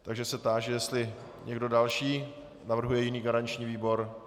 Takže se táži, jestli někdo další navrhuje jiný garanční výbor.